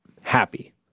Happy